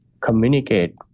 communicate